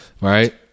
right